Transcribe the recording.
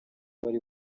bari